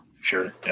Sure